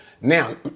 now